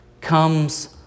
comes